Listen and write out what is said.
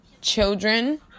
children